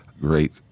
great